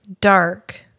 dark